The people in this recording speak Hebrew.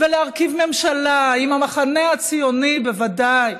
להרכיב ממשלה עם המחנה הציוני, בוודאי,